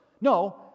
No